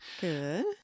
Good